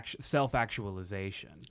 self-actualization